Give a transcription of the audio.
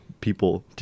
people